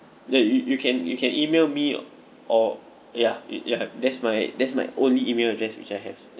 that you you can you can email me or yeah it yeah that's my that's my only email address which I have